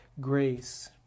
grace